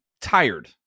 tired